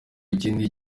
ikindi